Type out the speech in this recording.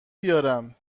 بیارم